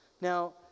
Now